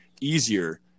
easier